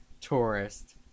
tourist